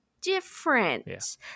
different